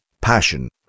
passion